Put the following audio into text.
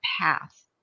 path